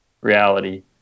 reality